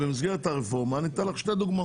במסגרת הרפורמה ואני אתן לך שתי דוגמאות.